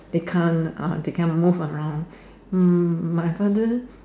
they can't uh they can't move around mm my father